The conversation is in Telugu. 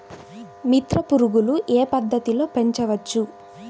మిత్ర పురుగులు ఏ పద్దతిలో పెంచవచ్చు?